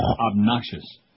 obnoxious